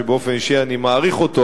שבאופן אישי אני מעריך אותו,